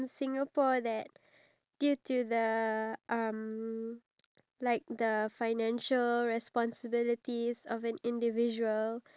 given the life expectancy of up to eighty three eighty four then majority of them these ninety plus people ninety percent